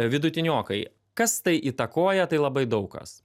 vidutiniokai kas tai įtakoja tai labai daug kas